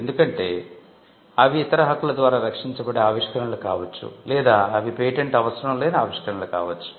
ఎందుకంటే అవి ఇతర హక్కుల ద్వారా రక్షించబడే ఆవిష్కరణలు కావచ్చు లేదా అవి పేటెంట్ అవసరం లేని ఆవిష్కరణలు కావచ్చు